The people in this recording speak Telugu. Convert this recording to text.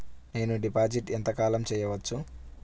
నేను డిపాజిట్ ఎంత కాలం చెయ్యవచ్చు?